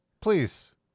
please